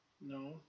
No